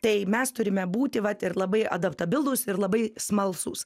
tai mes turime būti vat ir labai adaptabilus ir labai smalsūs